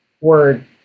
word